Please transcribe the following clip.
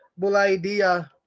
Bulaidia